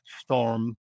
storm